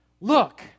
look